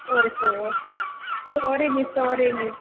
sorry sorry miss sorry miss